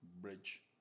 bridge